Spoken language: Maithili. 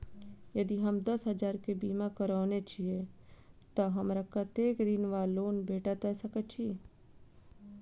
यदि हम दस हजार केँ बीमा करौने छीयै तऽ हमरा कत्तेक ऋण वा लोन भेट सकैत अछि?